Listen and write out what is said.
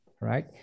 right